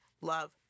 love